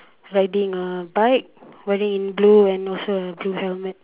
riding a bike wearing blue and also a blue helmet